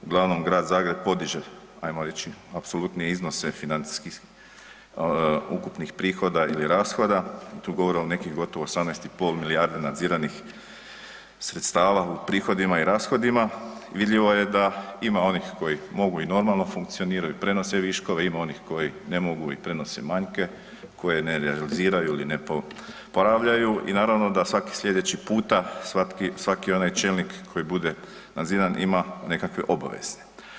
Uglavnom Grad Zagreb podiže, ajmo reći, apsolutne iznose financijskih ukupnih prihoda ili rashoda, tu govorimo o nekih gotovo 18,5 milijardi nadziranim sredstava u prihodima i rashodima i vidljivo je da ima onih koji mogu i normalno funkcioniraju, prenose viškove, ima onih koji ne mogu i prenose manjke koje ne realiziraju ili ne poravljaju i naravno da svaki slijedeći puta, svatki, svaki onaj čelnik koji bude nadziran ima nekakve obaveze.